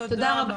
תודה רבה.